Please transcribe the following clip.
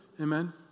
Amen